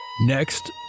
Next